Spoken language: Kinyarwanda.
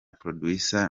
producer